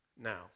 Now